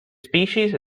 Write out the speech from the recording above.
species